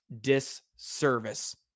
disservice